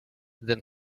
then